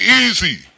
easy